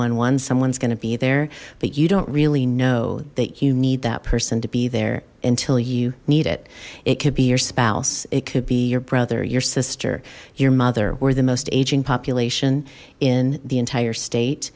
eleven someone's going to be there but you don't really know that you need that person to be there until you need it it could be your spouse it could be your brother your sister your mother were the most aging population in the entire state